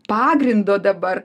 pagrindo dabar